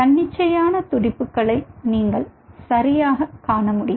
தன்னிச்சையான துடிப்புக்களை நீங்கள் சரியாகக் காண முடியும்